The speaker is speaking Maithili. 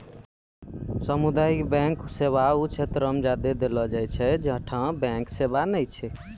समुदायिक बैंक सेवा उ क्षेत्रो मे ज्यादे सुविधा दै छै जैठां बैंक सेबा नै छै